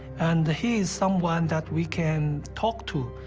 and he is someone that we can talk to.